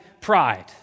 pride